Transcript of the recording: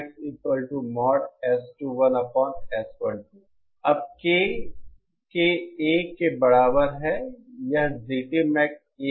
अब K के 1 के बराबर है यह GTMax 1 बन जाता है